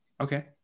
Okay